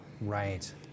Right